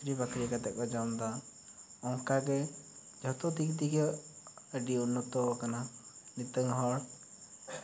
ᱪᱟᱹᱠᱨᱤ ᱵᱟᱹᱠᱨᱤ ᱠᱟᱛᱮᱜ ᱠᱚ ᱡᱚᱢᱫᱟ ᱚᱝᱠᱟ ᱜᱮ ᱡᱚᱛᱚ ᱛᱤᱜ ᱛᱤᱜᱮ ᱟᱹᱰᱤ ᱩᱱᱱᱚᱛᱚ ᱠᱟᱱᱟ ᱱᱤᱛᱚᱝ ᱦᱚᱲ